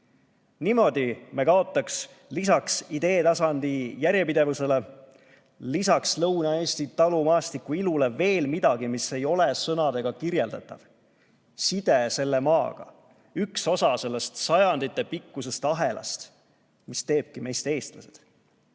Niimoodi me kaotaks lisaks idee tasandi järjepidevusele ja Lõuna-Eesti talumaastiku ilule veel midagi, mis ei ole sõnadega kirjeldatav – see on side selle maaga, üks osa sellest sajanditepikkusest ahelast, mis teebki meist eestlased.